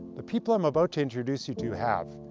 the people i am about to introduce you to have.